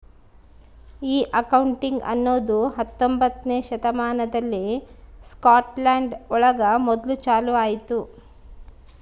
ಈ ಅಕೌಂಟಿಂಗ್ ಅನ್ನೋದು ಹತ್ತೊಂಬೊತ್ನೆ ಶತಮಾನದಲ್ಲಿ ಸ್ಕಾಟ್ಲ್ಯಾಂಡ್ ಒಳಗ ಮೊದ್ಲು ಚಾಲೂ ಆಯ್ತು